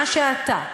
מה שאתה.